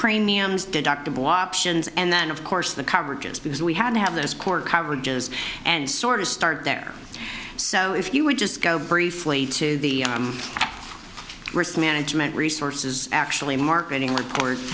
premiums deductibles options and then of course the coverages because we had to have those core coverages and sort of start there so if you would just go briefly to the risk management resources actually marketing